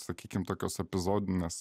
sakykim tokios epizodinės